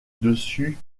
dessus